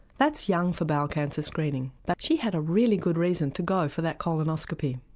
that's young for bowel cancer screening. but she had a really good reason to go for that colonoscopy.